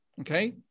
okay